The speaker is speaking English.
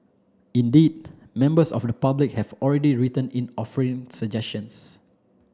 indeed members of the public have already written in offering suggestions